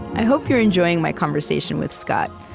i hope you're enjoying my conversation with scott.